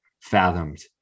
fathomed